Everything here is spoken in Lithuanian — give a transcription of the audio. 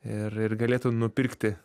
ir ir galėtų nupirkti